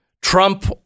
Trump